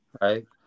right